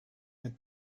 had